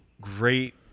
great